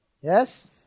Yes